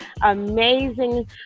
amazing